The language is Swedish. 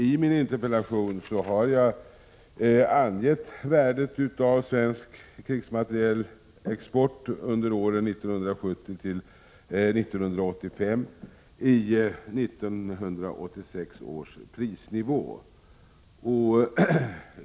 I min interpellation har jag angivit värdet av svensk krigsmaterielexport under åren 1970-1985 i 1986 års priser.